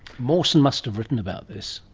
mawson must have written about this.